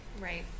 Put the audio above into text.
Right